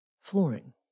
Flooring